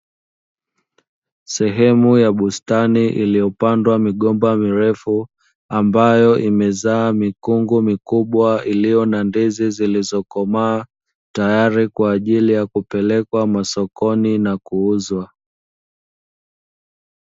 Sehemu ya bustani iliyopandwa migomba mirefu, ambayo imezaa mikungu mikubwa iliyo na ndizi zilizokomaa, tayari kwa ajili ya kupelekwa sokoni na kuuzwa.